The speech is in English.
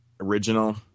original